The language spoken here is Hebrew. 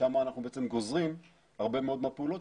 משם אנחנו בעצם גוזרים הרבה מאוד מהפעולות